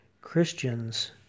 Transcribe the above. Christians